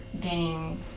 gaining